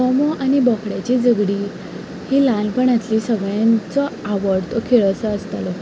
कोंबो आनी बोकड्याचीं झगडीं हीं ल्हाणपणांतलीं सगळ्यांचो आवडटो खेळ असो आसतालो